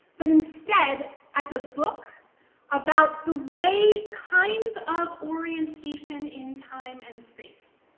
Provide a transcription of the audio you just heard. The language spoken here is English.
but instead, as a book about the way kinds of orientation in time and space.